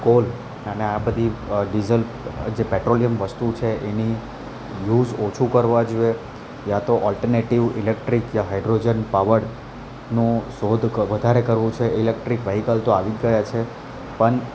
call અને આ બધી ડીઝલ જે પેટ્રોલિયમ વસ્તું છે એની યુઝ ઓછું કરવા જોએ યા તો ઓલટરનેટિવ ઇલેક્ટ્રિક યા હાઈડ્રોજન પાવરનું શોધ ક વધારે કરવું છે ઇલેક્ટ્રિક વ્હીકલ તો આવી ગયા છે પણ